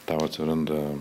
tau atsiranda